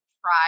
try